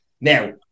Now